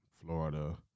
Florida